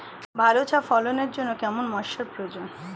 ভালো চা ফলনের জন্য কেরম ময়স্চার প্রয়োজন?